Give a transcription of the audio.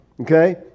Okay